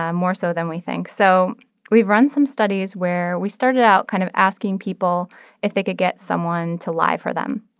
ah more so than we think. so we've run some studies studies where we started out kind of asking people if they could get someone to lie for them.